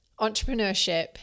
entrepreneurship